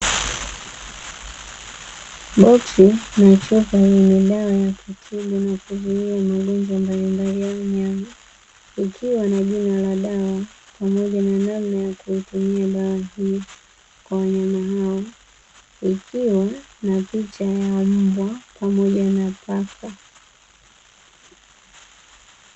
Boksi na chupa yenye dawa ya kutibu na kuzuia magonjwa mbalimbali ya wanyama, ikiwa na jina la dawa pamoja na namna ya kuitumia dawa hiyo kwa wanyama hao ikiwa na picha ya mbwa pamoja na paka.